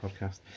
podcast